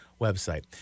website